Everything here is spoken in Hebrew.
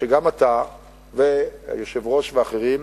שגם אתה והיושב-ראש ואחרים,